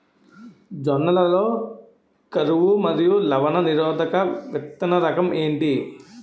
జొన్న లలో కరువు మరియు లవణ నిరోధక విత్తన రకం ఏంటి?